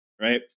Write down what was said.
right